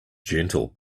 gentle